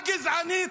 הגזענית,